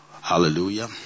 Hallelujah